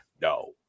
No